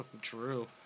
True